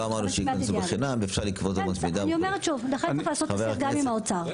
לכן, צריך לעשות הסדר גם עם האוצר.